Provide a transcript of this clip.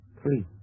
three